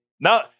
now